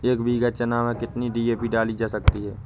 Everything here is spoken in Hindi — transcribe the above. एक बीघा चना में कितनी डी.ए.पी डाली जा सकती है?